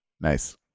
Nice